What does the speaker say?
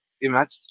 imagine-